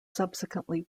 subsequently